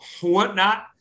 whatnot